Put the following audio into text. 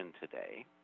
today